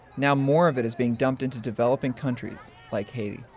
now more of it is being dumped into developing countries, like haiti.